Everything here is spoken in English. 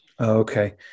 Okay